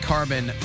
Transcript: Carbon